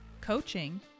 coaching